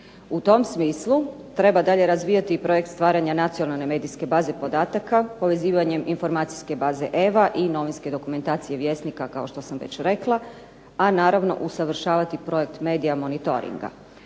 U tom smislu treba dalje razvijati projekt stvaranja nacionalne medijske baze podataka, povezivanjem informacijske baze eva i novinske dokumentacije Vjesnika kao što sam već rekla, a naravno usavršavati projekt medija monitoringa.